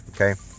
okay